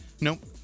Nope